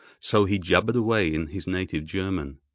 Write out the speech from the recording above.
so he jabbered away in his native german.